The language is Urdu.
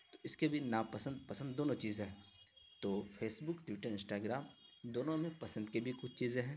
تو اس کے بھی ناپسند پسند دونوں چیزیں ہیں تو Facebook Twitter Instagram دونوں میں پسند کے بھی کچھ چیزیں ہیں